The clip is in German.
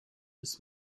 ist